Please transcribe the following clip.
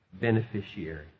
beneficiary